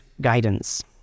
guidance